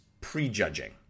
prejudging